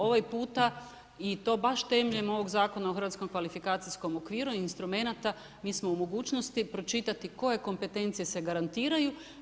Ovaj puta i to baš temeljem Zakona o hrvatskom kvalifikacijskom okviru instrumenata mi smo u mogućnosti pročitati koje kompetencije se garantiraju.